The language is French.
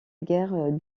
guerre